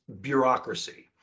bureaucracy